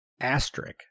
Asterisk